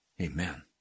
Amen